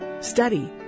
Study